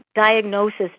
diagnosis